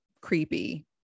creepy